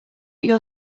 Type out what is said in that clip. your